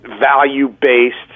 value-based